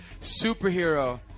superhero